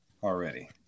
Already